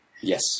Yes